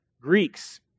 Greeks